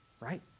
Right